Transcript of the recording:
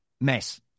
mess